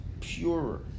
purer